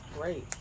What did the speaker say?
Great